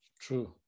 True